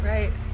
Right